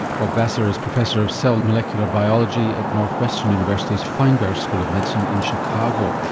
bob vassar is professor of cell molecular biology at northwestern university's feinberg school of medicine in chicago.